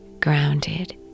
grounded